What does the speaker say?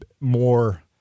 more